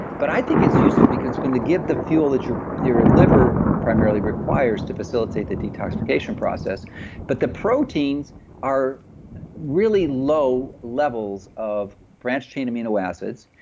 but i think, it's useful because it's going to give the fuel that your your liver primarily requires to facilitate the detoxification process but the proteins are really low levels of branch chain amino acids.